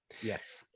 Yes